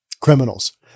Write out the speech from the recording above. criminals